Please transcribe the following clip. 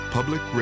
Public